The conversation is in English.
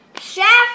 Chef